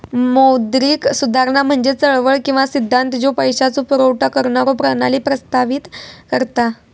मौद्रिक सुधारणा म्हणजे चळवळ किंवा सिद्धांत ज्यो पैशाचो पुरवठा करणारो प्रणाली प्रस्तावित करता